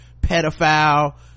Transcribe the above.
pedophile